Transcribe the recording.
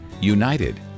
United